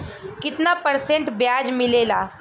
कितना परसेंट ब्याज मिलेला?